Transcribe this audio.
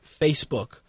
Facebook